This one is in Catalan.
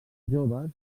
joves